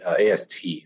AST